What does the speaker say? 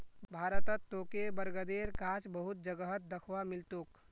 भारतत तोके बरगदेर गाछ बहुत जगहत दख्वा मिल तोक